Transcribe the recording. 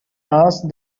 asked